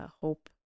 hope